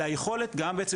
אלא יכולת גם בעצם,